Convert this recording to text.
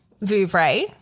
Vouvray